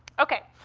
okay.